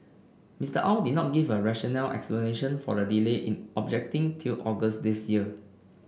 Mister Au did not give a rational explanation for the delay in objecting till August this year